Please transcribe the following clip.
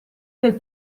del